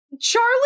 Charlie